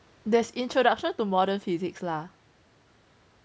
there's introduction to modern physics lah